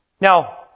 Now